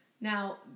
Now